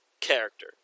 character